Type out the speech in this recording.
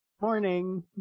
Morning